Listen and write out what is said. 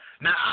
Now